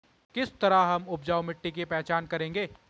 किस तरह हम उपजाऊ मिट्टी की पहचान करेंगे?